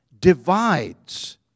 divides